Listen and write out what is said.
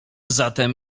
zatem